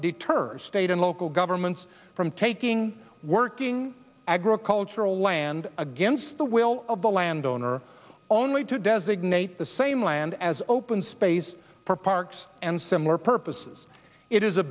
deters state and local governments from taking working agricultural land against the will of the landowner only to designate the same land as open space for parks and similar purposes it is a